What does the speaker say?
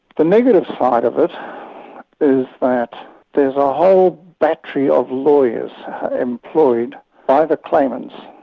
the negative side of it is that there's a whole battery of lawyers employed by the claimants.